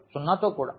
తో 0 తో కూడా